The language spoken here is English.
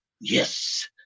Yes